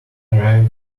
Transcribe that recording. arrive